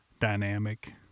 dynamic